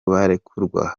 barekurwa